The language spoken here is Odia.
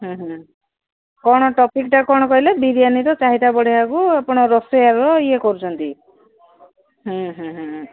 କ'ଣ ଟପିକ୍ଟା କ'ଣ କହିଲେ ବିରିୟାନିର ଚାହିଦା ବଢ଼େଇବାକୁ ଆପଣ ରୋଷେଇଆର ଇଏ କରୁଛନ୍ତି ହୁଁ ହୁଁ